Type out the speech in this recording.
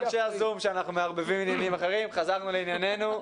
נחזור לענייננו.